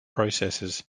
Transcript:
processes